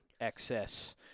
excess